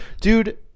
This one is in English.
Dude